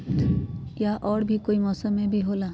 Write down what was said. या और भी कोई मौसम मे भी होला?